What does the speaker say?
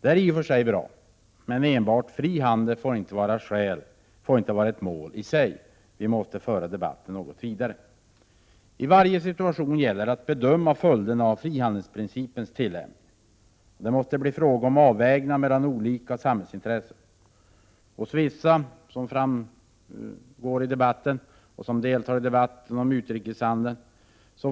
Det är i och för sig bra, men enbart frihandel får inte vara ett mål i sig. Vi måste föra debatten något vidare. I varje situation gäller det att bedöma följderna av frihandelsprincipens tillämpning. Det måste bli fråga om avvägningar mellan olika samhällsintressen. Hos vissa personer som deltar i debatten om utrikeshandeln